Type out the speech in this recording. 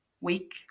week